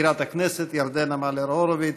מזכירת הכנסת ירדנה מלר-הורוביץ,